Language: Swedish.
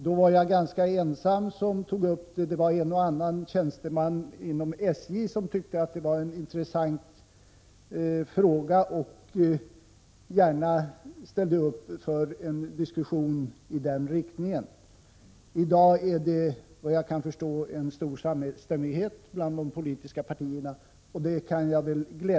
Då var jag ganska ensam om att ta upp den frågan, och det var en och annan tjänsteman inom SJ som tyckte att detta var intressant och gärna ställde upp på en diskussion i den riktningen. I dag är det alltså glädjande nog en mycket stor samstämmighet bland de politiska partierna.